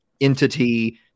entity